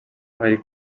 wari